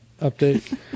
update